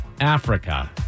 Africa